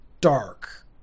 dark